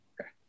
Okay